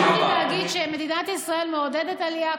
חשוב לי להגיד שמדינת ישראל מעודדת עלייה,